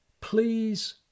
please